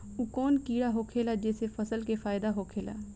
उ कौन कीड़ा होखेला जेसे फसल के फ़ायदा होखे ला?